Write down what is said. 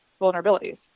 vulnerabilities